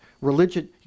religion